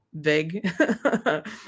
big